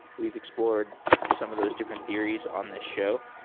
we've explored some of those different theories on this show.